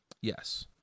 yes